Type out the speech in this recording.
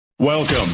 Welcome